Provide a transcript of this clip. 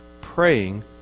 Praying